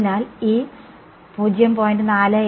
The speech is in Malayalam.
അതിനാൽ ഈ 0